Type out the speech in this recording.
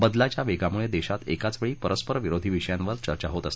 बदलाच्या वेगामुळे देशात एकाच वेळी परस्परविरोधी विषयांवर चर्चा होत आहे